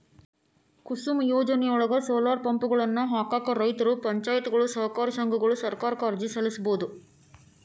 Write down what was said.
ಕುಸುಮ್ ಯೋಜನೆಯೊಳಗ, ಸೋಲಾರ್ ಪಂಪ್ಗಳನ್ನ ಹಾಕಾಕ ರೈತರು, ಪಂಚಾಯತ್ಗಳು, ಸಹಕಾರಿ ಸಂಘಗಳು ಸರ್ಕಾರಕ್ಕ ಅರ್ಜಿ ಸಲ್ಲಿಸಬೋದು